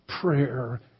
prayer